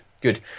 good